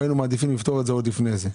היינו מעדיפים לפתור את זה עוד לפני זה.